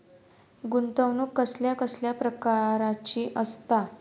गुंतवणूक कसल्या कसल्या प्रकाराची असता?